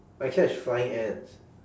I catch flying ants